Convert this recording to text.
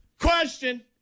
Question